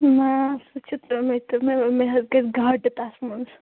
نا سُہ چھُ تِمٕے تِمٕے ووٚنمےَ مےٚ حظ گژھِ گاٹہٕ تَتھ منٛز